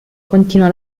continua